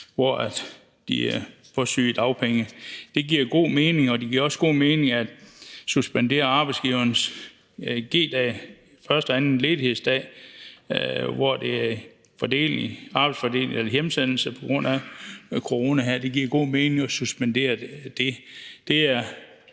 hvor de får sygedagpenge. Det giver god mening. Og det giver også god mening at suspendere arbejdsgivernes G-dage, første og anden ledighedsdag, hvor der er arbejdsfordeling eller hjemsendelse på grund af corona. Det giver god mening at suspendere det.